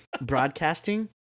broadcasting